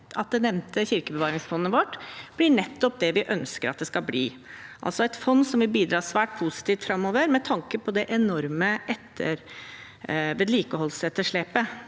at det nevnte Kirkebevaringsfondet vårt blir nettopp det vi ønsker at det skal bli – et fond som vil bidra svært positivt framover med tanke på det enorme vedlikeholdsetterslepet